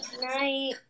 night